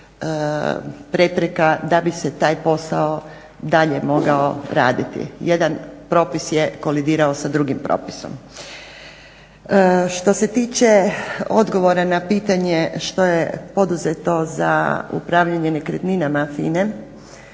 prepreka da bi se taj posao dalje mogao raditi. Jedan propis je kolidirao sa drugim propisom. Što se tiče odgovora na pitanje što je poduzeto za upravljanje nekretninama